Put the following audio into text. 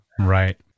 Right